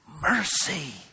mercy